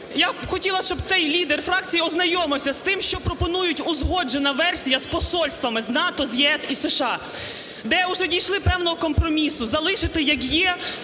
б хотіла, щоб цей лідер фракції ознайомився з тим, що пропонують узгоджену версію з посольствами, з НАТО, з ЄС і США, де уже дійшли певного компромісу, залишити, як є,